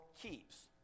keeps